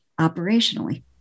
operationally